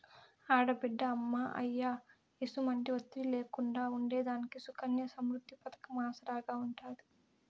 ఆడబిడ్డ అమ్మా, అయ్య ఎసుమంటి ఒత్తిడి లేకుండా ఉండేదానికి సుకన్య సమృద్ది పతకం ఆసరాగా ఉంటాది